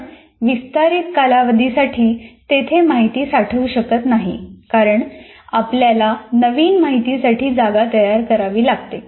आपण विस्तारित कालावधीसाठी तेथे माहिती ठेवू शकत नाही कारण आपल्याला नवीन माहितीसाठी जागा तयार करावी लागते